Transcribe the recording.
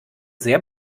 sehr